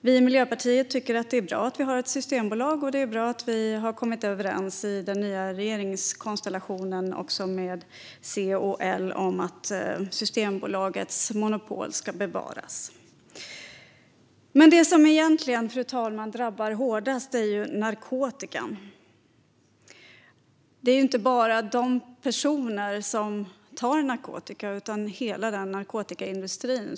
Vi i Miljöpartiet tycker att det är bra att vi har ett systembolag. Det är bra att vi i den nya regeringskonstellationen med C och L har kommit överens om att Systembolagets monopol ska bevaras. Men det som egentligen, fru talman, drabbar hårdast är narkotikan. Det handlar inte bara om de personer som använder narkotika utan om hela narkotikaindustrin.